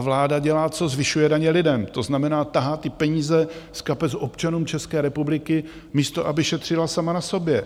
Vláda zvyšuje daně lidem, to znamená, tahá ty peníze z kapes občanům České republiky, místo aby šetřila sama na sobě.